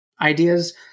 ideas